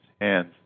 hands